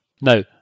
Now